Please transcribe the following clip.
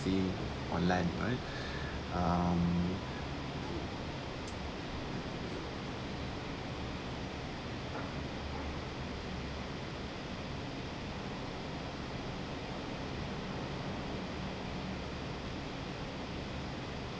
seeing on land right um